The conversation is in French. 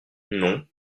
non